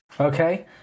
Okay